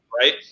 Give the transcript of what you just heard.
right